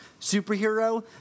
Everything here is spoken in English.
superhero